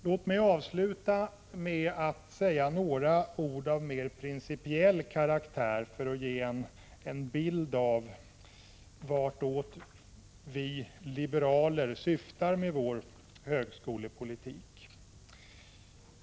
Låt mig avsluta med att säga några ord av mer principiell karaktär för att ge en bild av vartåt vi liberaler syftar med vår högskolepolitik.